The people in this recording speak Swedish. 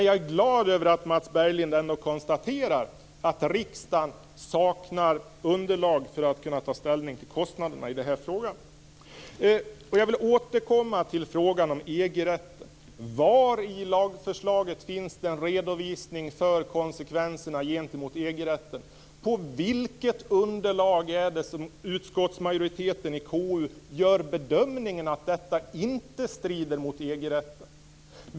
Jag är glad över att Mats Berglind konstaterar att riksdagen saknar underlag för att i den här frågan kunna ta ställning till kostnaderna. Jag återkommer till frågan om EG-rätten. Var i lagförslaget finns det en redovisning av konsekvenserna gentemot EG-rätten? På vilket underlag gör majoriteten i KU bedömningen att detta inte strider mot EG-rätten?